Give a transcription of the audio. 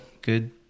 good